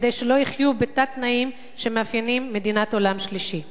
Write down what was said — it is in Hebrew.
כדי שלא יחיו בתת-תנאים שמאפיינים מדינת עולם שלישי.